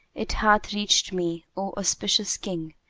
it hath reached me, o auspicious king,